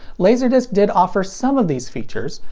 laserdisc did offer some of these features,